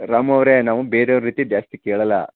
ರಾಮು ಅವರೇ ನಾವು ಬೇರೆಯವ್ರ ರೀತಿ ಜಾಸ್ತಿ ಕೇಳೋಲ್ಲ